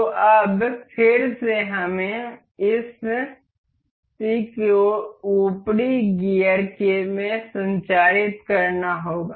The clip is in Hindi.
तो अब फिर से हमें इस शक्ति को ऊपरी गियर में संचारित करना होगा